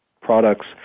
products